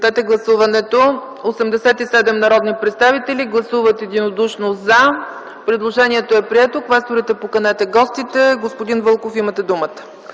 Предложението е прието. Квесторите, поканете гостите. Господин Вълков, имате думата.